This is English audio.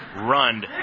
run